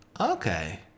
Okay